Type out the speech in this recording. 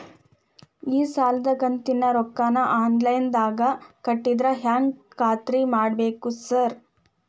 ಈ ಸಾಲದ ಕಂತಿನ ರೊಕ್ಕನಾ ಆನ್ಲೈನ್ ನಾಗ ಕಟ್ಟಿದ್ರ ಹೆಂಗ್ ಖಾತ್ರಿ ಮಾಡ್ಬೇಕ್ರಿ ಸಾರ್?